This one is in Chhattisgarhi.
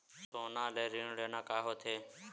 सोना ले ऋण लेना का होथे?